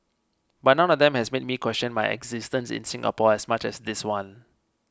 but none of them has made me question my existence in Singapore as much as this one